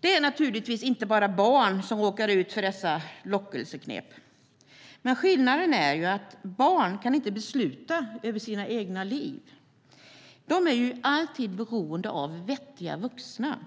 Det är naturligtvis inte bara barn som råkar ut för dessa lockelseknep, men skillnaden är att barn inte kan besluta över sina egna liv. De är alltid beroende av vettiga vuxna.